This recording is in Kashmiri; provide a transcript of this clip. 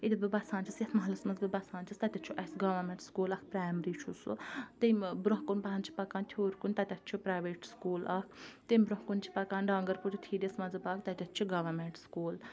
ییٚتٮ۪تھ بہٕ بَسان چھَس یَتھ محلَس منٛز بہٕ بَسان چھَس تَتیٚتھ چھُ اَسہِ گورمیٚنٛٹ سکوٗل اَکھ پرٛایمری چھُ سُہ تمہِ بروںٛہہ کُن پَہَم چھِ پَکان تھیوٗر کُن تَتیٚتھ چھُ پرٛایویٹ سکوٗل اَکھ تمہِ بروںٛہہ کُن چھِ پَکان ڈانگرپوٗرِ تھیٖرِس منٛز پَکھ تَتیٚتھ چھُ گورمیٚنٛٹ سکوٗل